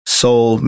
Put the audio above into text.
soul